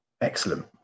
Excellent